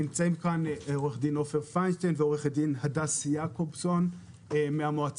נמצאים פה עו"ד עופר פיינשטיין ועורך דין הדס יעקובסון מהמועצה